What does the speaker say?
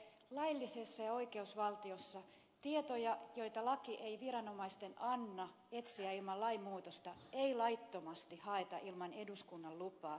laillisessa ja oikeusvaltiossa tietoja joita laki ei viranomaisten anna etsiä ilman lainmuutosta ei laittomasti haeta ilman eduskunnan lupaa